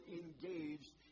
engaged